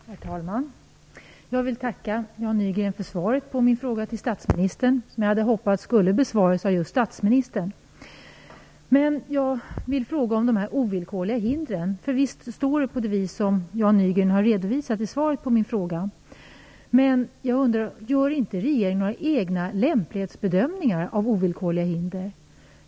Herr talman! Jag vill tacka Jan Nygren för svaret på min fråga till statsministern, som jag hade hoppats skulle besvaras av just statsministern. Jag vill fråga om de ovillkorliga hindren. Visst anges i riktlinjerna för krigsmaterielexport de hinder som Jan Nygren redovisar i svaret på min fråga, men gör inte regeringen några egna lämplighetsbedömningar av ovillkorliga hinder?